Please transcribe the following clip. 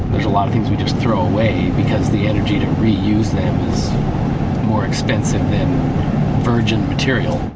a lot of things we just throw away because the energy to re-use them is more expensive than virgin material.